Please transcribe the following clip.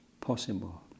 possible